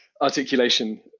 articulation